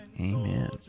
Amen